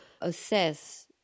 assess